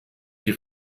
die